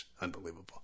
Unbelievable